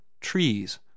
Trees